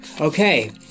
Okay